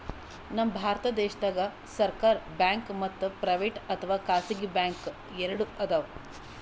ನಮ್ ಭಾರತ ದೇಶದಾಗ್ ಸರ್ಕಾರ್ ಬ್ಯಾಂಕ್ ಮತ್ತ್ ಪ್ರೈವೇಟ್ ಅಥವಾ ಖಾಸಗಿ ಬ್ಯಾಂಕ್ ಎರಡು ಅದಾವ್